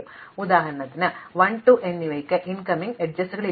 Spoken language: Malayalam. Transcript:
അതിനാൽ ഉദാഹരണത്തിന് 1 2 എന്നിവയ്ക്ക് ഇൻകമിംഗ് അരികുകളില്ല